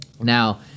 now